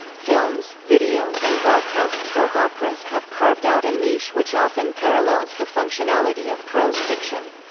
films, videos and broadcast soap operas have carved out a niche which often parallels the functionality of prose fiction.